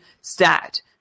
stat